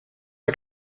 jag